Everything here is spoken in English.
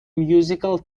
musical